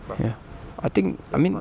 ya I think I mean